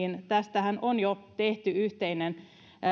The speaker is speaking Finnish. tästähän on jo tehty yhteinen